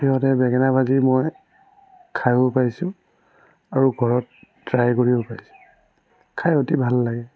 সিহঁতে বেঙেনা ভাজি মই খাইয়ো পাইছো আৰু ঘৰত ট্ৰাই কৰিও পাইছো খাই অতি ভাল লাগে